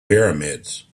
pyramids